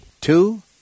Two